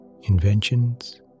inventions